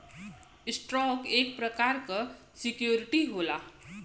stock एक प्रकार क सिक्योरिटी होला